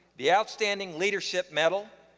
the outstanding leadership medal,